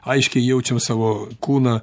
aiškiai jaučiam savo kūną